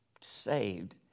saved